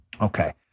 Okay